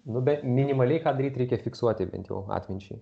nu bent minimaliai ką daryti reikia fiksuoti bent jau atminčiai